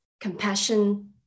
compassion